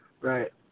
Right